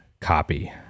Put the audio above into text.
copy